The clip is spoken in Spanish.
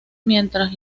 mientras